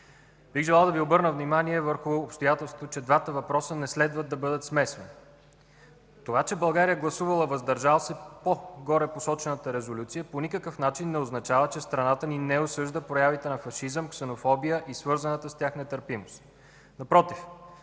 Бих желал да Ви обърна внимание върху обстоятелството, че двата въпроса не следва да бъдат смесени. Това че България е гласувала „въздържал се” по горепосочената Резолюция, по никакъв начин не означава, че страната ни не осъжда проявите на фашизъм, ксенофобия и свързаната с тях нетърпимост, напротив